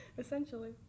Essentially